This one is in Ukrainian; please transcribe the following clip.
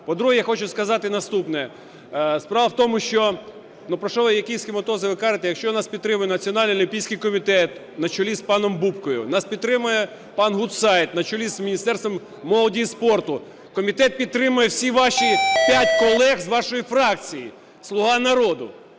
По-друге, я хочу сказати наступне. Справа в тому, що... Про що і про які "схематози" ви кажете, якщо нас підтримує Національний олімпійський комітет на чолі з паном Бубкою. Нас підтримує пан Гутцайт на чолі з Міністерством молоді і спорту. Комітет підтримують всі ваші п'ять колег з вашої фракції "Слуга народу".